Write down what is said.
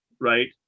Right